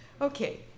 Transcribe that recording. Okay